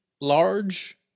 large